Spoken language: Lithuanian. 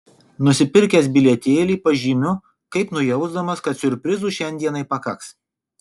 nusipirkęs bilietėlį pažymiu kaip nujausdamas kad siurprizų šiandienai pakaks